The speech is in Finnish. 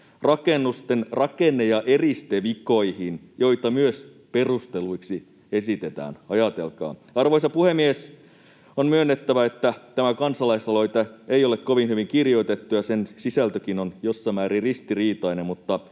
rakennusten rakenne- ja eristevikoihin, joita myös perusteluiksi esitetään — ajatelkaa. Arvoisa puhemies! On myönnettävä, että tämä kansalaisaloite ei ole kovin hyvin kirjoitettu ja sen sisältökin on jossain määrin ristiriitainen,